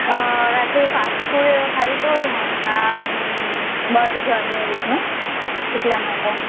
રાત્રે ફાસ્ટફૂડ ખાધું હતું ઢોંસા અને બર્ગર અને એ રીતનું એટલા માટે